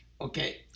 Okay